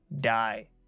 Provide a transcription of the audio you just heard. die